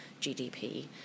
GDP